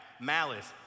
malice